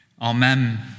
amen